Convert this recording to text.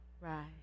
Right